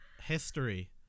history